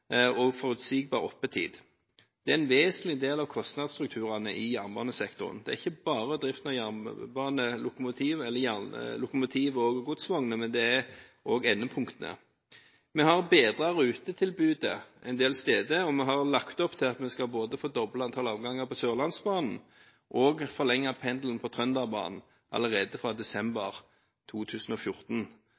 og forutsigbar oppetid. Det er en vesentlig del av kostnadsstrukturene i jernbanesektoren. Det er ikke bare driften av lokomotiv og godsvogner, det er også endepunktene. Vi har bedret rutetilbudet en del steder, og vi har lagt opp til at vi skal både fordoble antall avganger på Sørlandsbanen og forlenge pendelen på Trønderbanen – allerede fra desember 2014.